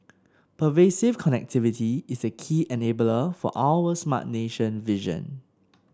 pervasive connectivity is a key enabler for our Smart Nation vision